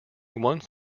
one